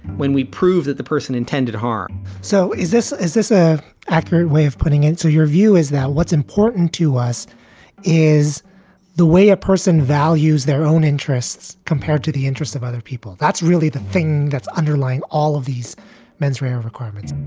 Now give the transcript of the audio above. when we prove that the person intended harm so is this. is this a accurate way of putting it? so your view is that what's important to us is the way a person values their own interests compared to the interests of other people. that's really the thing that's underlying all of these menswear requirements.